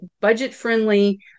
budget-friendly